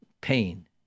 pain